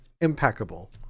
impeccable